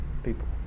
people